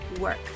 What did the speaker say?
Work